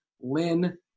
Lynn